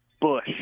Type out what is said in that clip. Bush